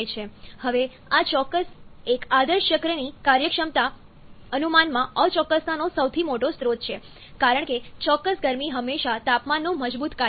હવે આ ચોક્કસ એક આદર્શ ચક્રની કાર્યક્ષમતા અનુમાનમાં અચોક્કસતાનો સૌથી મોટો સ્ત્રોત છે કારણ કે ચોક્કસ ગરમી હંમેશા તાપમાનનું મજબૂત કાર્ય છે